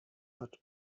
hat